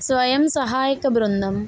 స్వయం సహాయక బృందం